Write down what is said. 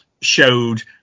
showed